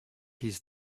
his